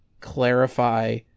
clarify